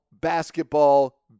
basketball